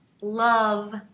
love